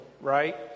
right